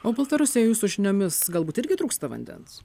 o baltarusijoj jūsų žiniomis galbūt irgi trūksta vandens